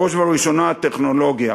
ובראש ובראשונה הטכנולוגיה.